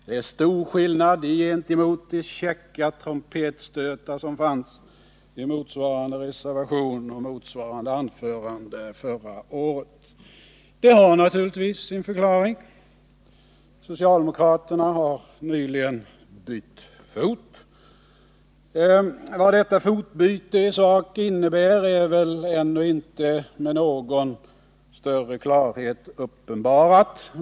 Det är stor skillnad gentemot de käcka trumpetstötar som fanns i motsvarande reservation och anförande i fjol. Detta har naturligtvis sin förklaring. Socialdemokraterna har nyligen bytt fot. Vad detta fotbyte i sak innebär är väl ännu inte med någon större klarhet uppenbarat.